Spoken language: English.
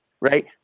right